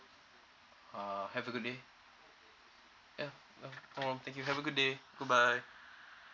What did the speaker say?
uh have a good day ya uh mm thank you have a good day good bye